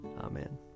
Amen